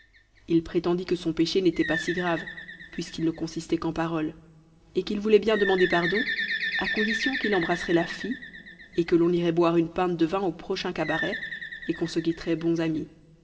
il prétendit que son péché n'était pas si grave puisqu'il ne consistait qu'en paroles et qu'il voulait bien demander pardon à condition qu'il embrasserait la fille que l'on irait boire une pinte de vin au prochain cabaret et qu'on se quitterait bons amis